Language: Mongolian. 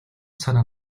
санаа